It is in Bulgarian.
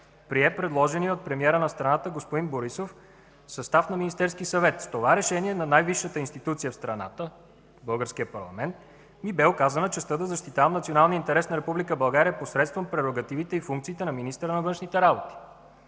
прие предложения от премиера на страната господин Борисов състав на Министерския съвет. С това решение на най-висшата институция в страната – българският парламент, ми бе оказана честта да защитавам националния интерес на Република България, посредством прерогативите и функциите на министъра на външните работи.